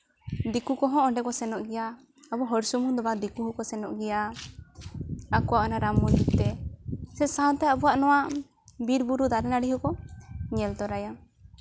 ᱫᱤᱠᱩ ᱠᱚᱦᱚᱸ ᱚᱸᱰᱮ ᱠᱚ ᱥᱮᱱᱚᱜ ᱜᱮᱭᱟ ᱟᱵᱚ ᱦᱚᱲ ᱥᱩᱢᱩᱝ ᱫᱚ ᱵᱟᱝ ᱫᱤᱠᱩ ᱦᱚᱸᱠᱚ ᱥᱮᱱᱚᱜ ᱜᱮᱭᱟ ᱟᱠᱚᱣᱟᱜ ᱚᱱᱟ ᱨᱟᱢ ᱢᱚᱱᱫᱤᱨ ᱛᱮ ᱥᱮ ᱥᱟᱶᱛᱮ ᱟᱵᱚᱣᱟᱜ ᱱᱚᱣᱟ ᱵᱤᱨᱼᱵᱩᱨᱩ ᱫᱟᱨᱮᱱᱟᱹᱲᱤ ᱦᱚᱸᱠᱚ ᱧᱮᱞ ᱛᱚᱨᱟᱭᱟ